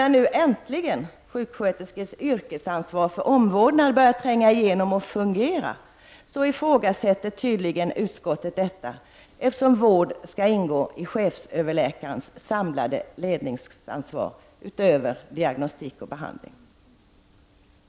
När nu äntligen sjuksköterskors yrkesansvar för omvårdnad börjat tränga igenom och fungera, ifrågasätter tydligen utskottet detta, eftersom vård skall ingå i chefsöverläkarens samlade ledningsansvar utöver diagnostik och behandling.